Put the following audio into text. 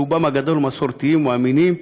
רובם הגדול מסורתיים ומאמינים,